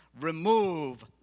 remove